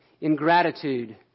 ingratitude